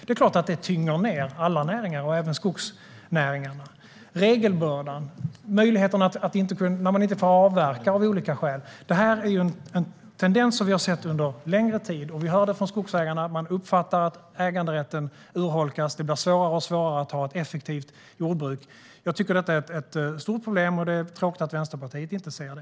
Det är klart att det tynger ned alla näringar - även skogsnäringen. Det handlar om regelbördan och vilka möjligheter man har när man av olika skäl inte får avverka. Detta är en tendens vi har sett under längre tid. Vi hör från skogsägarna att de uppfattar att äganderätten urholkas och att det blir allt svårare att driva ett effektivt jordbruk. Jag tycker att det är ett stort problem, och det är tråkigt att Vänsterpartiet inte ser det.